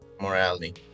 morality